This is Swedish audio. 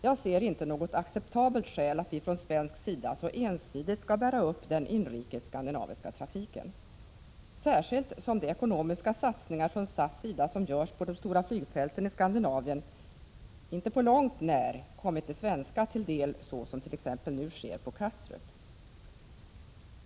Jag ser inte något acceptabelt skäl till att vi från svensk sida så ensidigt skall bära upp den inrikes skandinaviska trafiken — särskilt som de ekonomiska satsningar från SAS sida som görs på de stora flygfälten i Skandinavien inte på långt när kommit de svenska till del så som t.ex. nu sker på Kastrup.